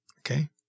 Okay